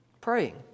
Praying